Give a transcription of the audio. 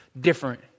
different